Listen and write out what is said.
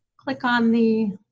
click on the